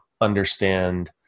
understand